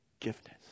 forgiveness